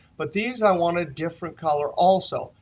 but these i want a different color also.